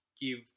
give